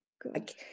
good